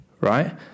right